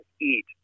eat